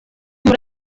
muri